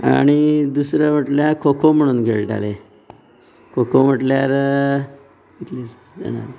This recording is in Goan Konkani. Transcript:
आनी दुसरे म्हटल्यार खोखो म्हणून खेळटालें खोखो म्हटल्यार